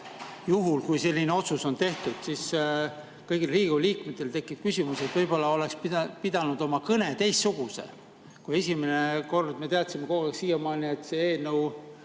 Juhul, kui selline otsus on tehtud, siis kõigil Riigikogu liikmetel tekib küsimus, et võib-olla oleks pidanud oma kõne teistsuguse kui esimene kord. Me teadsime kogu aeg siiamaani, et selle eelnõu